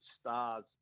stars